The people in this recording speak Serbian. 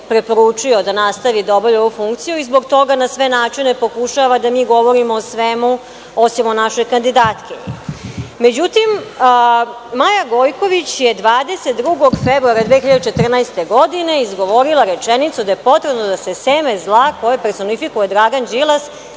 preporučio da nastavi da obavlja ovu funkciju i zbog toga na sve načine pokušava da mi govorimo o svemu osim o našoj kandidatkinji.Međutim, Maja Gojković je 22. februara 2014. godine, izgovorila rečenicu da je potrebno da se seme zla koja personifikuje Dragan Đilas